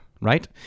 right